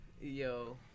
Yo